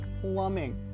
plumbing